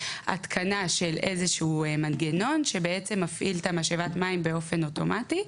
התקנה של איזשהו מנגנון שמפעיל את משאבת המים באופן אוטומטי.